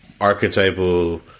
archetypal